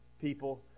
people